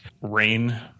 rain